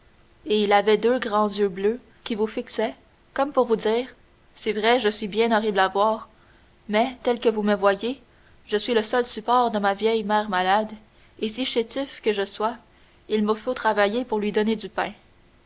et il avait deux grands yeux bleus qui vous fixaient comme pour vous dire c'est vrai je suis bien horrible à voir mais tel que vous me voyez je suis le seul support de nia vieille mère malade et si chétif que je sois il me faut travailler pour lui donner du pain